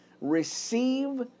receive